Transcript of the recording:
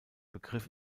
begriff